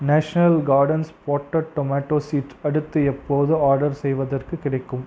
national gardens potted tomato seeds அடுத்து எப்போது order செய்வதற்குக் கிடைக்கும்